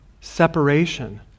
separation